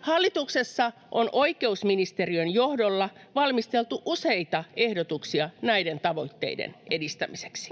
Hallituksessa on oikeusministeriön johdolla valmisteltu useita ehdotuksia näiden tavoitteiden edistämiseksi.